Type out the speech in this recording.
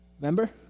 Remember